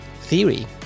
theory